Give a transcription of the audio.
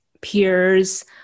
peers